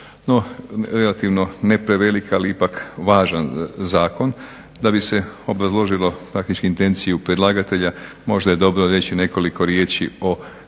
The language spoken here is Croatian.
relativno ne prevelik, ali ipak važan zakon da bi se obrazložilo praktički intenciju predlagatelja možda je dobro reći nekoliko riječi o